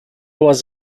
was